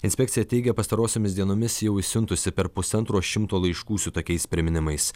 inspekcija teigia pastarosiomis dienomis jau išsiuntusi per pusantro šimto laiškų su tokiais priminimais